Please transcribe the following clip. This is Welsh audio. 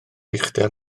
uchder